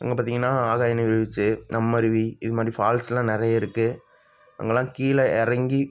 அங்கே பார்த்தீங்கன்னா ஆகாய நீர் வீழ்ச்சி நம்மருவி இது மாதிரி ஃபால்ஸ்செல்லாம் நிறைய இருக்குது அங்கெல்லாம் கீழே இறங்கி